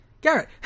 Garrett